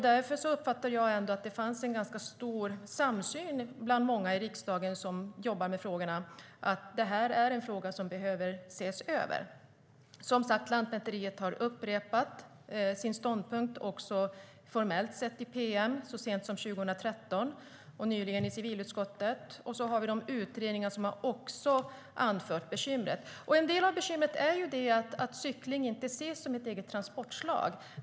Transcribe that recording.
Därför uppfattade jag att det fanns en ganska stor samsyn bland många i riksdagen som jobbar med de här frågorna om att det här är en fråga som behöver ses över. Som sagt: Lantmäteriet har upprepat sin ståndpunkt, också formellt sett i ett pm så sent som 2013 och nyligen i civilutskottet. Och så har vi de utredningar som också anfört bekymret. En del av bekymret är att cykling inte ses som ett eget transportslag.